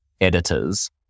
editors